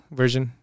version